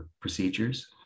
procedures